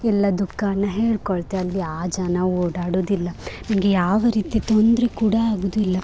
ಎಲ್ಲ ದುಃಖಾನ ಹೇಳಿಕೊಳ್ತೆ ಅಲ್ಲಿ ಆ ಜನ ಓಡಾಡುವುದಿಲ್ಲ ನನಗೆ ಯಾವ ರೀತಿ ತೊಂದರೆ ಕೂಡ ಆಗುವುದಿಲ್ಲ